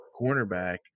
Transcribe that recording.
cornerback